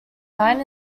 nine